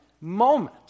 moment